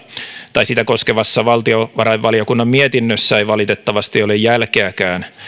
tai sitä koskevassa valtiovarainvaliokunnan mietinnössä ei valitettavasti ole jälkeäkään